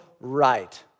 right